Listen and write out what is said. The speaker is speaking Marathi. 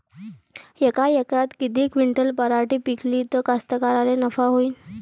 यका एकरात किती क्विंटल पराटी पिकली त कास्तकाराइले नफा होईन?